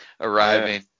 Arriving